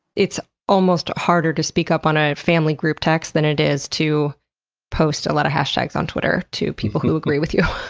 it's almost harder to speak up on a family group text than it is to post a lot of hashtags on twitter to people who agree with you.